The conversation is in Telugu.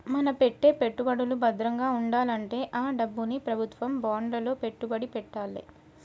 మన పెట్టే పెట్టుబడులు భద్రంగా వుండాలంటే ఆ డబ్బుని ప్రభుత్వం బాండ్లలో పెట్టుబడి పెట్టాలే